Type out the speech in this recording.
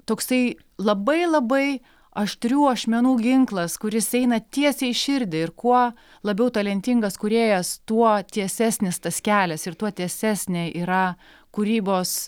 toksai labai labai aštrių ašmenų ginklas kuris eina tiesiai į širdį ir kuo labiau talentingas kūrėjas tuo tiesesnis tas kelias ir tuo tiesesnė yra kūrybos